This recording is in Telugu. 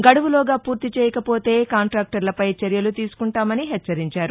గడువులోగా పూర్తి చేయకపోతే కాంటాక్టర్లపై చర్యలు తీసుకుంటామని హెచ్చరించారు